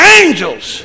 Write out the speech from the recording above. angels